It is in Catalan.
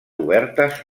obertes